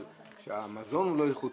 אבל כשהמזון הוא לא איכותי,